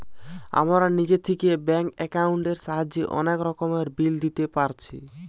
আমরা নিজে থিকে ব্যাঙ্ক একাউন্টের সাহায্যে অনেক রকমের বিল দিতে পারছি